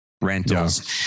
rentals